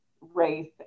race